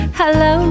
hello